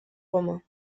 romain